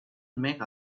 make